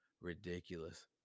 ridiculous